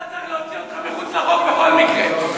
צריך להוציא אותך מחוץ לחוק בכל מקרה.